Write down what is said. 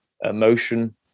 emotion